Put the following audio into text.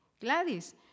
Gladys